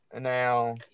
now